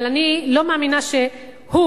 אבל אני לא מאמינה שהוא,